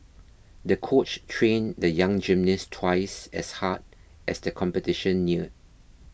the coach trained the young gymnast twice as hard as the competition neared